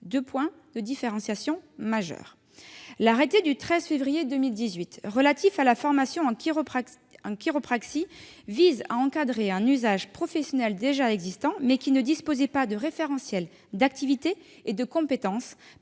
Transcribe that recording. deux points de différenciation majeurs. L'arrêté du 13 février 2018 relatif à la formation en chiropraxie vise à encadrer un usage professionnel déjà existant, mais qui ne disposait pas de référentiel d'activité et de compétences